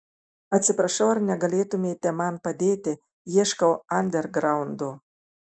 atsiprašau ar negalėtumėte man padėti ieškau andergraundo